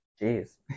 Jeez